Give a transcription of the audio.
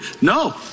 No